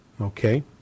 Okay